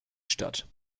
statt